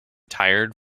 tired